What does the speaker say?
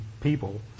people